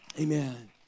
Amen